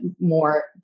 more